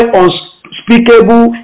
unspeakable